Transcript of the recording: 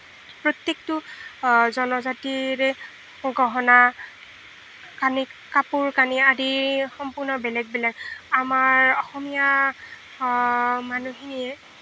প্ৰত্যেকটো জনজাতিৰে গহনা কানি কাপোৰ কানি আদি সম্পূৰ্ণ বেলেগ বেলেগ আমাৰ অসমীয়া মানুহখিনিয়ে